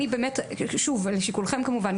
שוב, לשיקולכם כמובן.